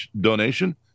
donation